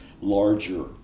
larger